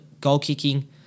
goal-kicking